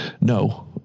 No